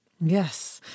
Yes